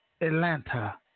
Atlanta